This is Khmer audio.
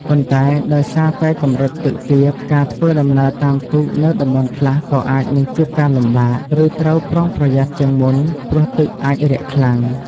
ប៉ុន្តែដោយសារតែកម្រិតទឹកទាប ការធ្វើដំណើរតាមទូកនៅតំបន់ខ្លះក៏អាចនឹងជួបការលំបាក ឬត្រូវប្រុងប្រយ័ត្នជាងមុន ព្រោះទឹកអាចរាក់ខ្លាំង។